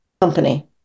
company